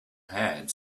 had